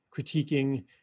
critiquing